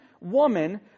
woman